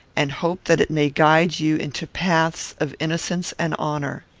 and hope that it may guide you into paths of innocence and honour.